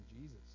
Jesus